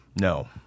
No